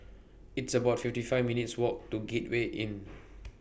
It's about fifty five minutes' Walk to Gateway Inn